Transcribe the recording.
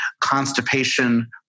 constipation